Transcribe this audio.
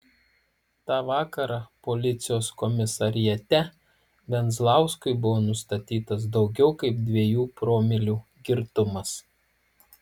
tą vakarą policijos komisariate venzlauskui buvo nustatytas daugiau kaip dviejų promilių girtumas